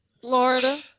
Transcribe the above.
Florida